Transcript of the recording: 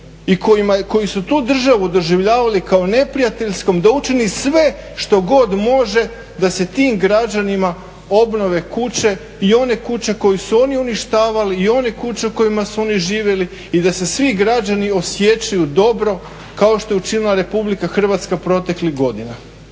i kojima su tu državu doživljavali kao neprijateljskom, da učini sve što god može da se tim građanima obnove kuće, i one kuće koje su oni uništavali, i one kuće u kojima su oni živjeli i da se svi građani osjećaju dobro kao što je učinila Republika Hrvatska proteklih godina.